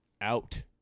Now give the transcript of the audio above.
Out